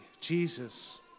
Jesus